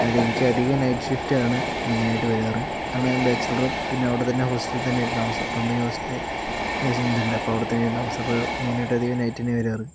അതിലെനിക്ക് അധികവും night shift ആണ് മെയിനായിട്ട് വരാറ് കാരണം ഞാൻ ബാച്ചിലറും പിന്നെ അവിടെത്തന്നെ ഹോസ്റ്റലിൽ തന്നെയായിരുന്നു താമസവും കമ്പനി ഹോസ്റ്റലിൽ അത്യാവശ്യമിതുണ്ട് അപ്പോൾ അവിടെ തന്നെയായിരുന്നു താമസം അപ്പോൾ മെയിനായിട്ട് അധികവും നൈറ്റ് തന്യ വരാറ്